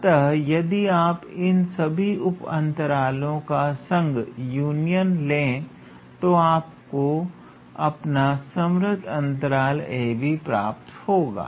अतः यदि आप इन सभी उप अंतरलों का संघ लें तो आपको अपना संवृत अंतराल 𝑎 𝑏 प्राप्त होगा